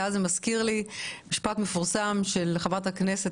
זה מזכיר לי משפט מפורסם של חברת השרה חברת הכנסת